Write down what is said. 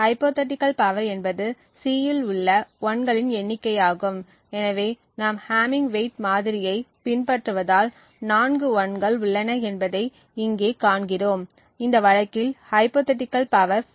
ஹைப்போதீட்டிகள் power என்பது C இல் உள்ள 1 களின் எண்ணிக்கையாகும் எனவே நாம் ஹம்மிங் வெயிட் மாதிரியை பின்பற்றுவதால் நான்கு 1 கள் உள்ளன என்பதை இங்கே காண்கிறோம் இந்த வழக்கில் ஹைப்போதீட்டிகள் பவர் 4